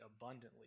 abundantly